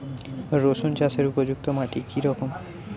রুসুন চাষের উপযুক্ত মাটি কি রকম?